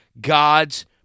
God's